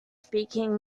speaking